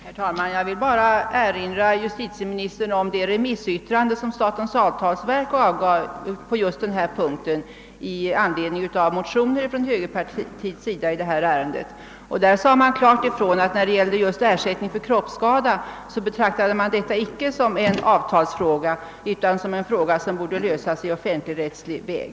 Herr talman! Jag vill bara erinra justitieministern om det remissyttrande som statens avtalsverk avgav på denna punkt i anledning av motioner i ärendet från högerpartiet. I detta remissyttrande sades klart ifrån att man betraktade ersättning för kroppsskada icke som en avtalsfråga utan som en fråga vilken borde lösas på offentligrättslig väg.